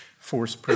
force